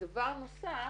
ודבר נוסף,